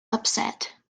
upset